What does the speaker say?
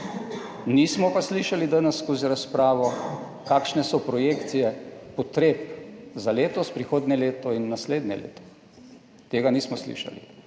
nismo pa slišali danes skozi razpravo kakšne so projekcije potreb za letos, prihodnje leto in naslednje leto, tega nismo slišali.